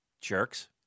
Jerks